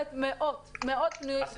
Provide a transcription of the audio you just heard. חדשים.